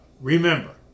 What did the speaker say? remember